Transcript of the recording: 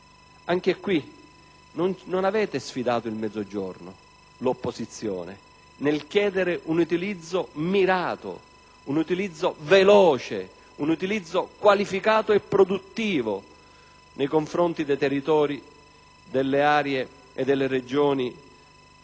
fondi FAS non avete sfidato il Mezzogiorno o l'opposizione nel chiedere un utilizzo mirato, veloce, qualificato e produttivo nei confronti dei territori, delle aree e delle Regioni